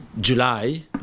July